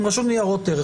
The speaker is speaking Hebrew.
עם רשות ניירות ערך,